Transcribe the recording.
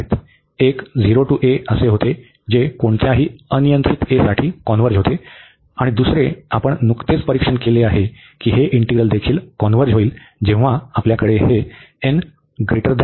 एक 0 ते a होते जे कोणत्याही अनियंत्रित a साठी कॉन्व्हर्ज होते आणि दुसरे आपण नुकतेच परीक्षण केले आहे की हे इंटीग्रल देखील कॉन्व्हर्ज होईल जेव्हा आपल्याकडे हे n≥1 असेल